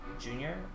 Junior